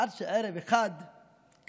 עד שערב אחד קרא: